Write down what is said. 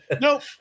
Nope